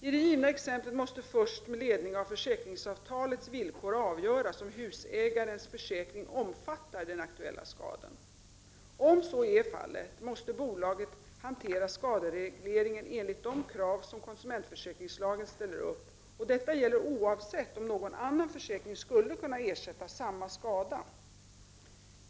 I det givna exemplet måste först med ledning av försäkringsavtalets villkor avgöras, om husägarens försäkring omfattar den aktuella skadan. Om så är fallet, måste bolaget hantera skaderegleringen enligt de krav som konsumentförsäkringslagen ställer upp, och detta gäller oavsett om någon annan försäkring skulle kunna ersätta samma skada.